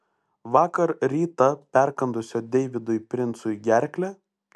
vakar rytą perkandusio deividui princui gerklę